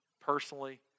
personally